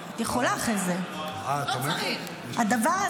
אני יכול להפעיל פה את סמכותי החוקית,